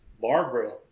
Barbara